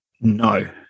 No